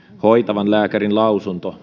hoitavan lääkärin lausunto